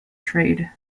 trade